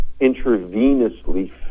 intravenously